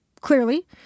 clearly